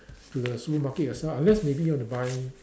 to the supermarket yourself unless maybe you want to buy